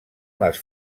les